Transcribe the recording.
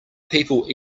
people